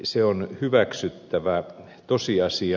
se on hyväksyttävä tosiasia